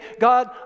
God